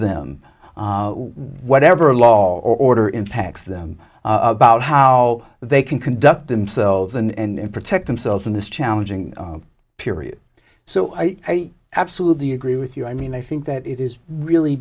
them whatever law or order impacts them about how they can conduct themselves and protect themselves in this challenging period so i absolutely agree with you i mean i think that it is really